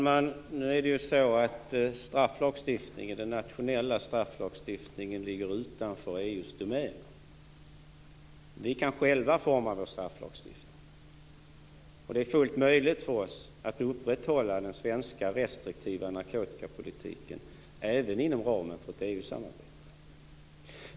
Fru talman! Den nationella strafflagstiftningen ligger utanför EU:s domäner. Vi kan själva utforma vår strafflagstiftning. Det är fullt möjligt för oss att upprätthålla den svenska restriktiva narkotikapolitiken även inom ramen för ett EU-samarbete.